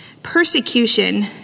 Persecution